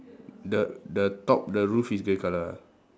the the top the roof is grey colour ah